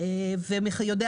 ויודע